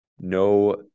No